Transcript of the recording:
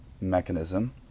mechanism